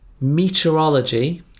Meteorology